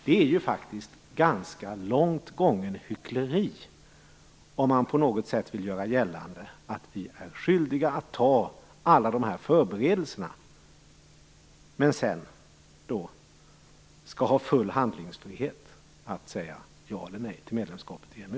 Det är faktiskt ganska långt gånget hyckleri om man på något sätt vill göra gällande att vi är skyldiga att vidta alla de här förberedelserna, men sedan skall vi ha full handlingsfrihet att säga ja eller nej till medlemskapet i EMU.